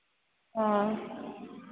हाँ